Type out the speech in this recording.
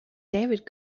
david